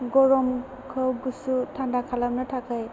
गरमखौ गुसु थान्दा खालामनो थाखाय